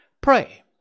Pray